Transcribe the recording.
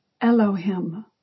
Elohim